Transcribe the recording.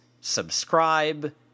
subscribe